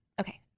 okay